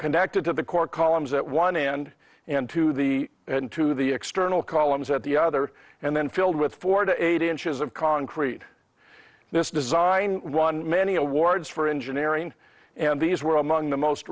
connected to the core columns at one end and to the into the external columns at the other and then filled with four to eight inches of concrete this design won many awards for engineering and these were among the most